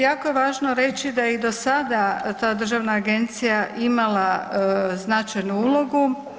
Jako je važno reći da je i do sada ta državna agencija imala značajnu ulogu.